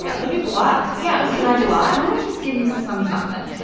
yeah, lemme blot. yeah can i blot? lemme just give you some something.